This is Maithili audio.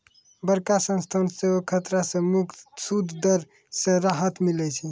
बड़का संस्था के सेहो खतरा से मुक्त सूद दर से राहत मिलै छै